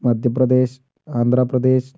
Madhya Pradesh Andhra Pradesh